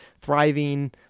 thriving